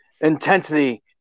intensity